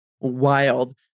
wild